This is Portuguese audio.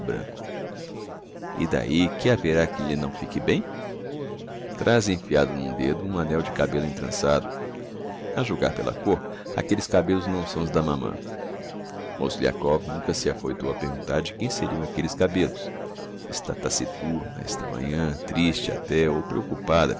branco e d'ahi que haverá que lhe não fique bem traz enfiado n'um dedo um annel de cabello entrançado a julgar pela côr aquelles cabellos não são os da mamã mozgliakov nunca se afoitou a perguntar de quem seriam aquelles cabellos está taciturna esta manhã triste até ou preoccupada